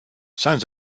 sounds